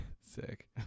Sick